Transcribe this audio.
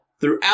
throughout